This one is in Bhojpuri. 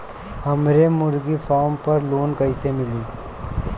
हमरे मुर्गी फार्म पर लोन कइसे मिली?